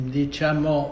diciamo